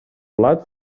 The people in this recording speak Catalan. blat